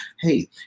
hey